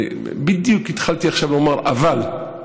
בדיוק התחלתי עכשיו לומר "אבל",